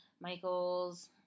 Michael's